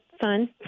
fun